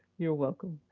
you're welcome.